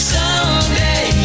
Someday